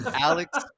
Alex